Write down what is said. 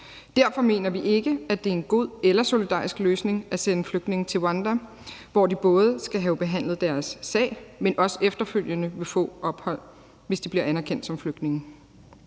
Derfor mener vi ikke, at det er en god eller solidarisk løsning at sende flygtninge til Rwanda, hvor de både skal have behandlet deres sag, men også efterfølgende vil få ophold, hvis de bliver anerkendt som flygtninge.